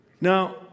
Now